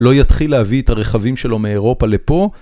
לא יתחיל להביא את הרכבים שלו מאירופה לפה.